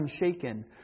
unshaken